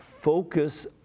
focus